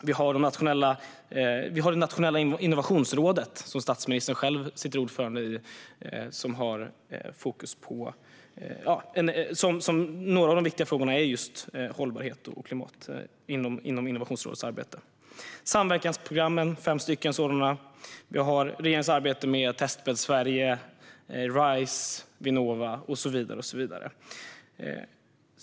Vi har Nationella innovationsrådet, där statsministern själv är ordförande, med hållbarhet och klimat som några av de viktiga frågorna. Vi har samverkansprogrammen, fem stycken, och regeringens arbete med Testbädd Sverige, Rise, Vinnova och så vidare.